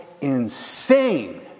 insane